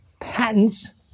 Patents